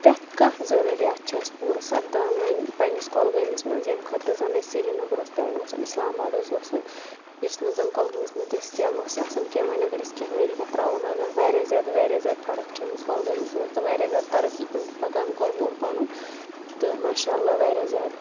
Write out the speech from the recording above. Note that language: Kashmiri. پرٮ۪تھ کانٛہہ ضُروٗریات چھِ اَسہِ پوٗرٕ سپدان وۄنۍ پَنٛنِس کۄلگٲمِس منٛز ییٚمہِ خٲطرٕ زَنہٕ اَسہِ سرینگر اوس پیٚوان گژھُن اسلام آباد اوس پیٚوان گژھُن یُس نہٕ زَن کۄلگٲمِس منٛز دٔستیاب اوس آسان کیٚنٛہہ وۄنۍ اگر أسۍ کیٚنٛہہ ؤری ہٮ۪تھ تراوَو نظر واریاہ زیادٕ واریاہ زیادٕ فرق چھِ آمٕژ کۄلگٲمِس منٛز تہٕ واریاہ زیادٕ ترقی کُن چھُ پکان کۄلگوم پَنُن تہٕ ماشاء اللہ واریاہ زیادٕ